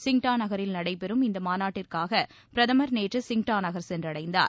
Qingdao நகரில் நடைபெறும் இந்த மாநாட்டிற்காக பிரதமர் நேற்று சிங்டா நகர் சென்றடைந்தார்